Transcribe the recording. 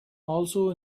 also